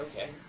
Okay